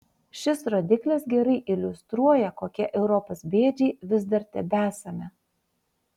šis rodiklis gerai iliustruoja kokie europos bėdžiai vis dar tebesame